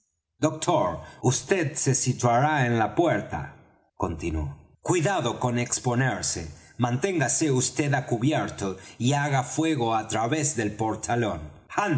doctor vd se situará en la puerta continuó cuidado con exponerse manténgase vd á cubierto y haga fuego á través del portalón